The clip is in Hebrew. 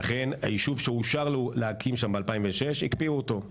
לכן, הקפיאו את